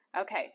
Okay